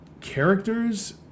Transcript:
characters